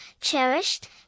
cherished